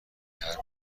حراجی